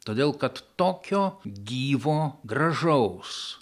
todėl kad tokio gyvo gražaus